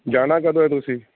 ਜਾਣਾ ਕਦੋਂ ਹ ਤੁਸੀਂ